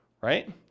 Right